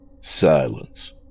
Silence